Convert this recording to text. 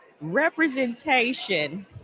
representation